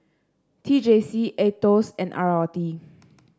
T J C Aetos and R R T